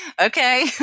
Okay